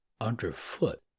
underfoot